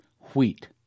wheat